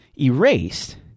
erased—